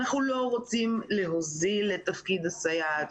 אנחנו לא רוצים להוזיל את תפקיד הסייעת.